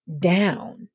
down